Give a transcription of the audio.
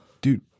Dude